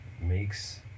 makes